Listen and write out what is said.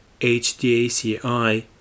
HDACi